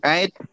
Right